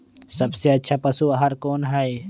सबसे अच्छा पशु आहार कोन हई?